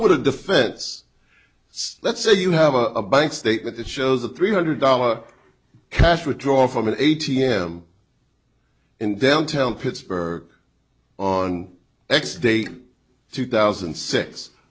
would a defense let's say you have a bank statement that shows a three hundred dollars cash withdrawal from an a t m in downtown pittsburgh on x day two thousand